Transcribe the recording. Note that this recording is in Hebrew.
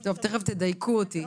טוב, תכף תדייקו אותי.